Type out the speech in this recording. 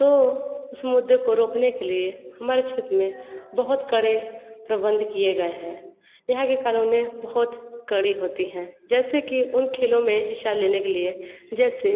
तो उस मुद्दे को रोकने के लिए हमारे क्षेत्र में बहुत कड़े प्रबंध किए गए हैं यहाँ के कानूने बहुत कड़ी होती हैं जैसे कि उन खेलो में हिस्सा लेने के लिए जैसे